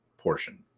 portion